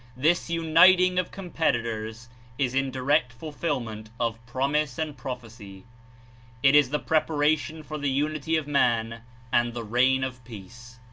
this uniting of com petitors is in direct fulfilment of promise and pro phecy it is the preparation for the unity of man and the reign of peace.